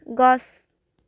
গছ